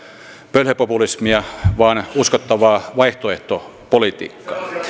pölhöpopulismia vaan uskottavaa vaihtoehtopolitiikkaa